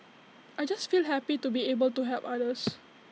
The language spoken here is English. I just feel happy to be able to help others